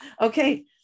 Okay